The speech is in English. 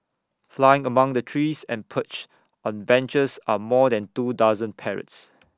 flying among the trees and perched on benches are more than two dozen parrots